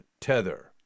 Tether